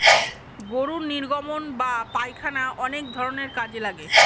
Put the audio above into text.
গরুর নির্গমন বা পায়খানা অনেক ধরনের কাজে লাগে